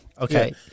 Okay